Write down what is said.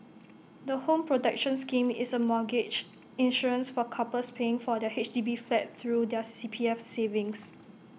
the home protection scheme is A mortgage insurance for couples paying for their H D B flat through their C P F savings